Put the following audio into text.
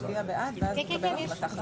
מצביע בעד ואז מקבל החלטה חדשה.